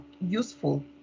useful